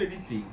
tadi is